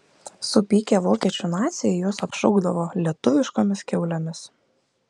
supykę vokiečių naciai juos apšaukdavo lietuviškomis kiaulėmis